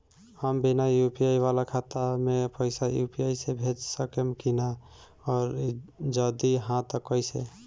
हम बिना यू.पी.आई वाला खाता मे पैसा यू.पी.आई से भेज सकेम की ना और जदि हाँ त कईसे?